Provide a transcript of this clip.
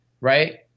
right